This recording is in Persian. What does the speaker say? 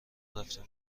رفتیم